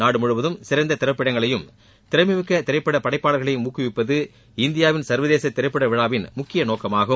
நாடு முழுவதும் சிறந்த திரைப்படங்களையும் திறமைமிக்க திரைப்பட படைப்பாளர்களையும் ஊக்குவிப்பது இந்தியாவின் சர்வதேச திரைப்பட விழாவின் முக்கிய நோக்கமாகும்